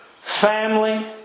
family